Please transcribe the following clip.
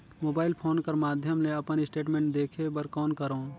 Mobile phone कर माध्यम ले अपन स्टेटमेंट देखे बर कौन करों?